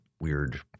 weird